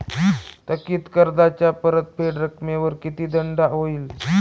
थकीत कर्जाच्या परतफेड रकमेवर किती दंड होईल?